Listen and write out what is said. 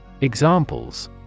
Examples